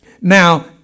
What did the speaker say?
Now